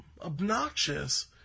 obnoxious